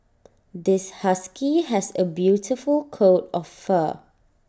this husky has A beautiful coat of fur